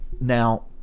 now